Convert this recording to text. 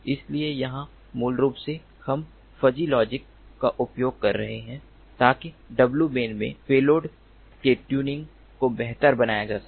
इसलिए यहां मूल रूप से हम फजी लॉजिक का उपयोग कर रहे हैं ताकि w ban में पेलोड के ट्यूनिंग को बेहतर बनाया जा सके